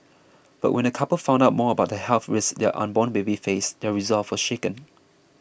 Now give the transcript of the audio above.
but when the couple found out more about the health risks their unborn baby faced their resolve was shaken